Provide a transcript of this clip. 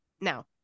Now